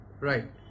Right